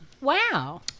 wow